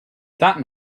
that